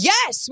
Yes